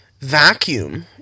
vacuum